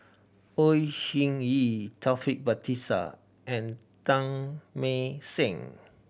Au Hing Yee Taufik Batisah and Teng Mah Seng